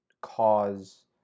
cause